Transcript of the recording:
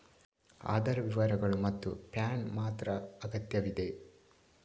ಆಧಾರ್ ವಿವರಗಳು ಮತ್ತು ಪ್ಯಾನ್ ಮಾತ್ರ ಅಗತ್ಯವಿದೆ